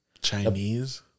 Chinese